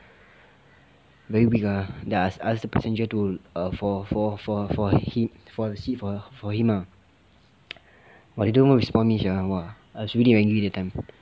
very weak ah then I ask I ask the passenger to err for for for him for a seat for him ah but they don't even respond me sia !wah! I was really angry that time